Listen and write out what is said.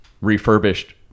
refurbished